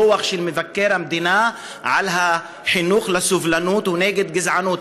הדוח של מבקר המדינה על חינוך לסובלנות ונגד גזענות.